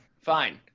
fine